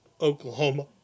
Oklahoma